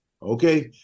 Okay